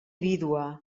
viuda